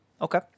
Okay